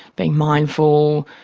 being mindful,